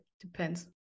depends